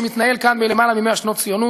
שמתנהל כאן בלמעלה מ-100 שנות ציונות,